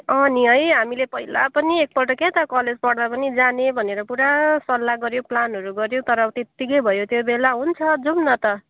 अनि है हामीले पहिला पनि एकपल्ट क्या त कलेज पढ्दा पनि जाने भनेर पुरा सल्लाह गऱ्यौँ प्लानहरू गऱ्यौँ तर त्यतिकै भयो त्यो बेला हुन्छ जाउँ न त